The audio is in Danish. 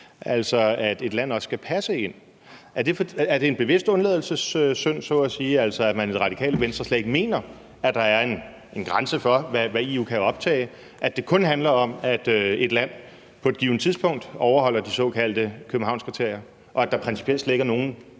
altså at et land også skal passe ind. Er det en bevidst undladelsessynd så at sige, altså at man i Radikale Venstre slet ikke mener, der er en grænse for, hvad EU kan optage, at det kun handler om, at et land på et givent tidspunkt overholder de såkaldte Københavnskriterier, og at der principielt slet ikke er nogen